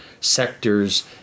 sectors